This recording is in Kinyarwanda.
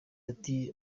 ati